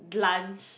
lunch